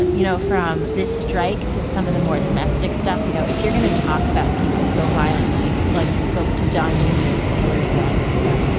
ah you know, from this strike to some of the more domestic stuff, you know, if you're going to talk about people so violently like to go up to john junior with the hillary gun. yeah.